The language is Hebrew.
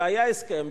והיה הסכם,